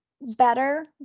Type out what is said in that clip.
better